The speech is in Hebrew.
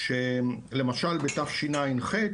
שלמשל בתשע"ח,